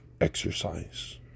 exercise